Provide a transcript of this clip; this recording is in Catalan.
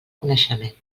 coneixement